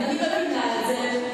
אני מבינה את זה,